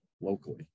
locally